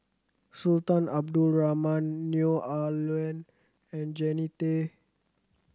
Sultan Abdul Rahman Neo Ah Luan and Jannie Tay